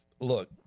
Look